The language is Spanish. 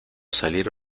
salir